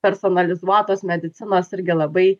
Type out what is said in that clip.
personalizuotos medicinos irgi labai